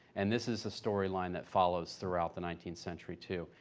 and this is a storyline that follows throughout the nineteenth century, too.